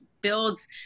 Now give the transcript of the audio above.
builds